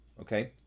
Okay